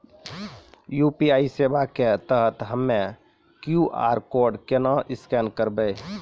UPI सेवा के तहत हम्मय क्यू.आर कोड केना स्कैन करबै?